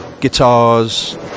guitars